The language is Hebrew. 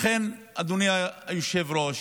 אדוני היושב-ראש,